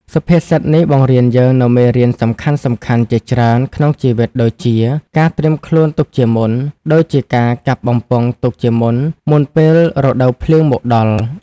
សុភាសិតនេះបង្រៀនយើងនូវមេរៀនសំខាន់ៗជាច្រើនក្នុងជីវិតដូចជាការត្រៀមខ្លួនទុកជាមុន ដូចជាការកាប់បំពង់ទុកជាមុន មុនពេលរដូវភ្លៀងមកដល់។